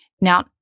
Now